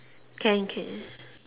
can can